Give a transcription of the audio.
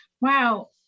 Wow